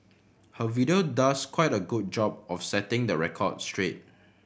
her video does quite a good job of setting the record straight